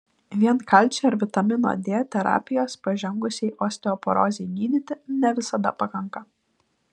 vien kalcio ir vitamino d terapijos pažengusiai osteoporozei gydyti ne visada pakanka